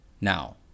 now